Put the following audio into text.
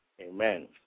amen